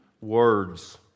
words